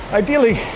ideally